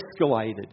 escalated